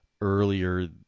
earlier